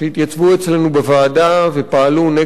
אצלנו בוועדה ופעלו נגד החוק הזה.